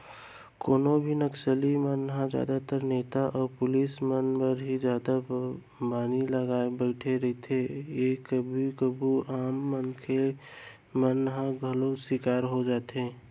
कोनो भी नक्सली मन ह जादातर नेता अउ पुलिस मन बर ही जादा बानी लगाय बइठे रहिथे ए कभू कभू आम मनसे मन ह घलौ सिकार होई जाथे